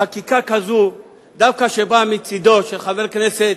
חקיקה כזאת, שדווקא באה מצדו של חבר הכנסת